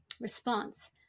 response